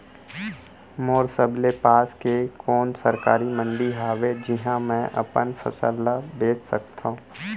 मोर सबले पास के कोन सरकारी मंडी हावे जिहां मैं अपन फसल बेच सकथव?